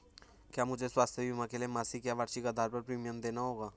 क्या मुझे स्वास्थ्य बीमा के लिए मासिक या वार्षिक आधार पर प्रीमियम देना होगा?